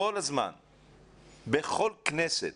בכל כנסת